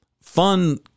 Fun